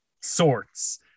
sorts